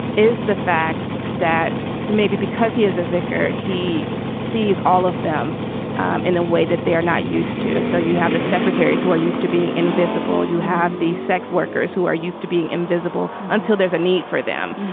is the fact that maybe because he is a vicar, he sees all of them in a way that they are not used to. so you have the secretaries who are used to being invisible. you have these sex workers who are used to being invisible until there's a need for them.